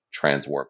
transwarp